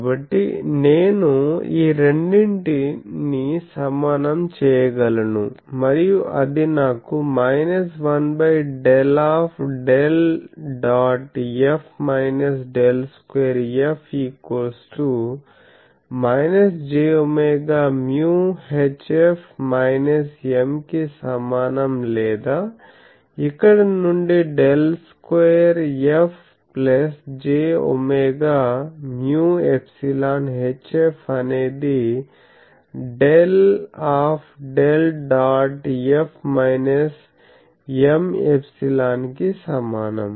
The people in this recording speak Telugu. కాబట్టి నేను ఈ రెండింటి నీ సమానం చేయగలను మరియు అది నాకు 1∇ ∇ dot F ∇2 F jwμHF M కి సమానం లేదా ఇక్కడ నుండి ∇2 F jωμ∈HF అనేది ∇∇ dot F M∈ కి సమానం